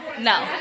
no